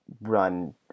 run